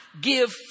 give